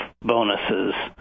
bonuses